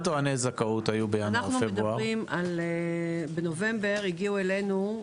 אנו מדברים - בנובמבר הגיעו אלינו,